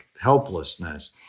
helplessness